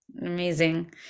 amazing